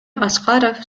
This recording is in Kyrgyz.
аскаров